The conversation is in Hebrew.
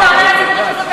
תענה על שאלה פשוטה,